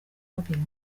babyina